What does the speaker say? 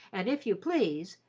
and if you please,